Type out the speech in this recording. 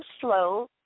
slow